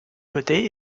côté